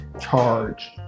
charge